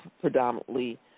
predominantly